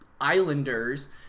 islanders